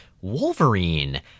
Wolverine